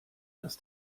das